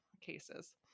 cases